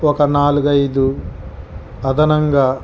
ఒక నాలుగు ఐదు అధనంగా